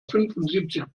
fünfundsiebzig